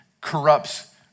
corrupts